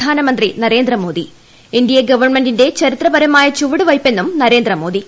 പ്രധാനമന്ത്രി Narendra Modi N D A ഗവൺമെന്റിന്റെ ചരിത്രപരമായ ചൂവട് വെയ്പ്പെന്നും നരേന്ദ്രമോദി